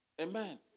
amen